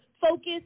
focus